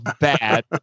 bad